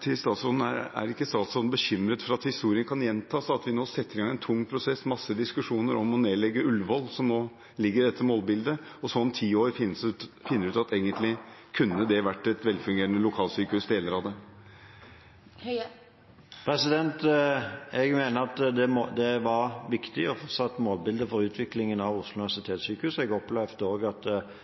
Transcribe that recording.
til statsråden er: Er ikke statsråden bekymret for at historien kan gjenta seg, at vi nå setter i gang en tung prosess – masse diskusjoner om å legge ned Ullevål, som nå ligger i dette målbildet – og så om ti år finner ut at deler av det egentlig kunne vært et velfungerende lokalsykehus? Jeg mener at det var viktig å få satt målbilde for utviklingen av Oslo universitetssykehus, og jeg opplevde også at